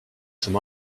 some